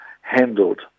handled